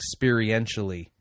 experientially